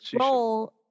role